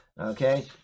okay